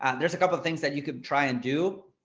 ah there's a couple of things that you can try and do.